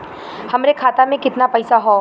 हमरे खाता में कितना पईसा हौ?